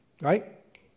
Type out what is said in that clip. Right